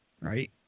right